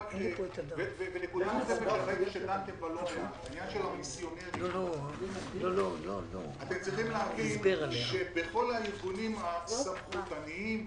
אתם צריכים להבין שבכל הארגונים הסמכותניים,